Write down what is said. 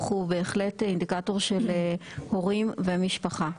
הוא בהחלט אינדיקטור של הורים ומשפחה.